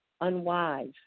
unwise